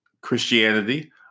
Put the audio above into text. Christianity